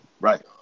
right